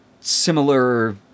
similar